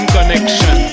Connection